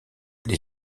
les